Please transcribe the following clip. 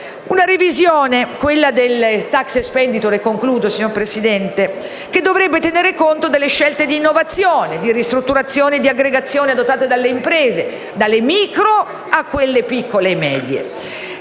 Una revisione, quella delle *tax expenditure*, che dovrebbe tenere conto delle scelte di innovazione, di ristrutturazione e di aggregazione adottate dalle imprese, dalle quelle micro a quelle piccole e medie,